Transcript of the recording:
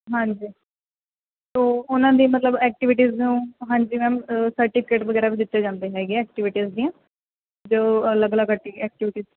ਹਾਂਜੀ ਸੋ ਉਹਨਾਂ ਦੇ ਮਤਲਬ ਐਕਟੀਵਿਟੀਜ਼ ਨੂੰ ਹਾਂਜੀ ਮੈਮ ਸਰਟੀਫਿਕੇਟ ਵਗੈਰਾ ਵੀ ਦਿੱਤੇ ਜਾਂਦੇ ਹੈਗੇ ਐਕਟੀਵਿਟੀਜ਼ ਦੀਆਂ ਜੋ ਅਲੱਗ ਅਲੱਗ ਐਕਟੀ ਐਕਟੀਵਿਟੀਜ਼